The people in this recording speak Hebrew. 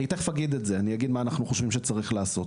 אני תכף אגיד את זה אני אגיד מה אנחנו חושבים שצריך לעשות.